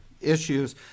issues